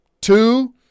two